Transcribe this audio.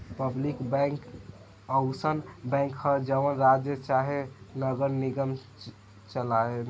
public bank अउसन bank ह जवन राज्य चाहे नगर निगम चलाए ला